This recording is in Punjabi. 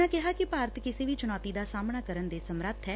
ਉਨ੍ਹਾਂ ਕਿਹਾ ਕਿ ਭਾਰਤ ਕਿਸੇ ਵੀ ਚੁਣੌਤੀ ਦਾ ਸਾਹਮਣਾ ਕਰਨ ਦੇ ਸਮੱਰਥ ਐ